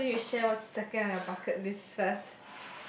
well why don't you share what's second on your bucket list first